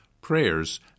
prayers